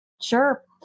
Sure